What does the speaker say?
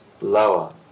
lower